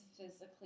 physically